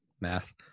Math